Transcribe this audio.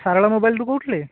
ସାରଳା ମୋବାଇଲରୁ କହୁଥୁଲେ